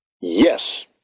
Yes